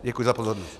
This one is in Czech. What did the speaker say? Děkuji za pozornost.